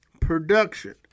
production